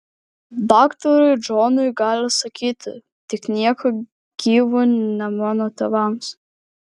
daktarui džonui gali sakyti tik nieku gyvu ne mano tėvams